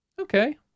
Okay